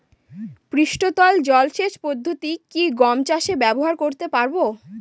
পৃষ্ঠতল জলসেচ পদ্ধতি কি গম চাষে ব্যবহার করতে পারব?